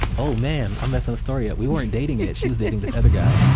oh, man. i'm messing the story up. we weren't dating yet. she was dating this other guy.